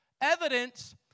evidence